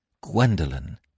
Gwendolen